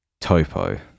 Topo